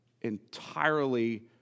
entirely